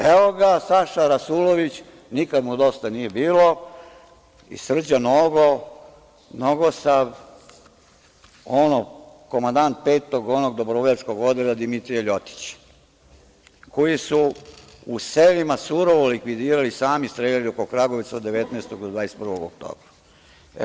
Evo ga Saša Rasulović, nikad mu dosta nije bilo i Srđan Nogo, nogosav, komadant onog petog dobrovoljačkog odreda Dimitrija ljotića, koji su u selima surovo likvidirali, sami streljali oko Kragujevca 19. do 21. oktobra.